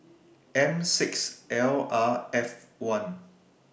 M six L R F one